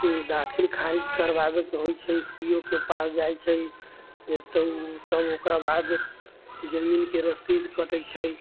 दाखिल खारिज करबाबै के होइ छै सी ओ के पास जाइ छै तब ओकरा बाद जमीन के रसीद कटै छै